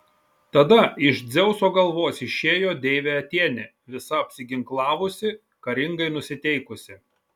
tada iš dzeuso galvos išėjo deivė atėnė visa apsiginklavusi karingai nusiteikusi